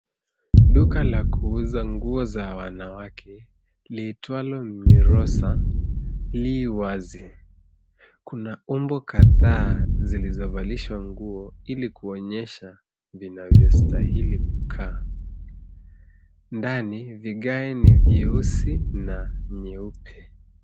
Duka la kuuza nguo za wanawake liitwalo Miraso li wazi. Kuna umbo kadhaa zilizovalishwa nguo ili kuonyesha vinavyostahili kukaa. Ndani vigae ni nyeusi na nyeupe.